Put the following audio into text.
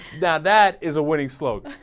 that that is always love